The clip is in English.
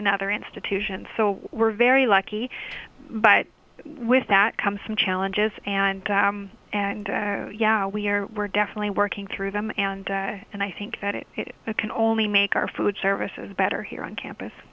and other institutions so we're very lucky but with that comes some challenges and and yeah we're we're definitely working through them and and i think that it can only make our food services better here on campus